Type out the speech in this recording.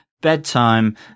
bedtime